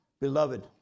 Beloved